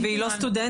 והיא לא סטודנטית.